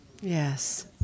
Yes